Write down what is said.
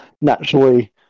naturally